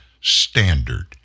standard